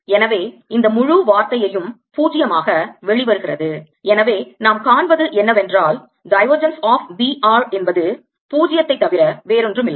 எனவே இந்த முழு வார்த்தையும் 0 ஆக வெளிவருகிறது எனவே நாம் காண்பது என்னவென்றால் divergence of B r என்பது 0ஐ தவிர வேறொன்றுமில்லை